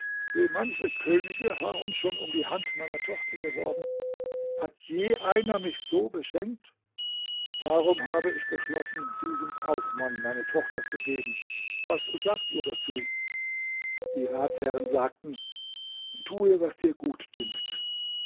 wie manche könige haben schon um die hand meiner tochter geworben hat je einer mich so beschenkt darum habe ich beschlossen diesem kaufmann meine tochter zu geben was sagt ihr dazu die ratsherren sagten tue was dir gut dünkt